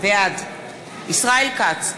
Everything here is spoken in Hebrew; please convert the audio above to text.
בעד ישראל כץ,